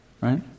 right